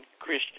Christian